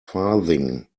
farthing